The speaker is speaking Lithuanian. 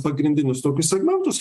pagrindinius tokius segmentus